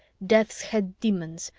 death's-head demons,